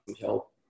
help